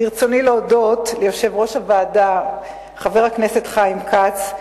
ברצוני להודות ליושב-ראש הוועדה חבר הכנסת חיים כץ,